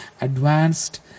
advanced